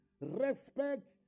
Respect